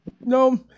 No